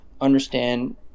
understand